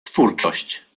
twórczość